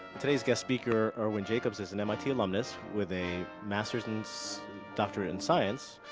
today's guest speaker, irwin jacobs, is an mit alumnus, with a master's in doctorate in science.